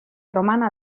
romana